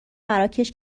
مراکش